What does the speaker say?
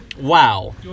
wow